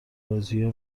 بازیا